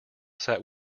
sat